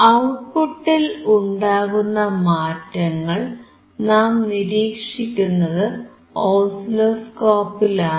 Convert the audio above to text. ഔട്ട്പുട്ടിൽ ഉണ്ടാകുന്ന മാറ്റങ്ങൾ നാം നിരീക്ഷിക്കുന്നത് ഓസിലോസ്കോപ്പിലാണ്